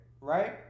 right